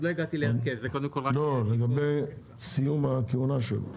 לגבי סיום הכהונה שלו